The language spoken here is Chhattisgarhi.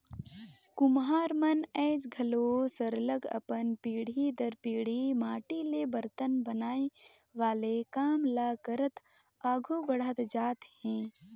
कुम्हार मन आएज घलो सरलग अपन पीढ़ी दर पीढ़ी माटी ले बरतन बनाए वाले काम ल करत आघु बढ़त जात हें